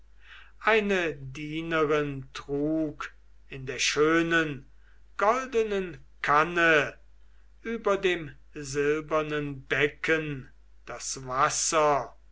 eine dienerin trug in der schönen goldenen kanne über dem silbernen becken das wasser